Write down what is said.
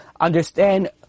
understand